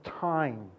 time